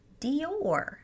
Dior